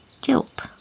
guilt